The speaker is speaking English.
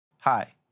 Hi